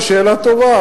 זו שאלה טובה,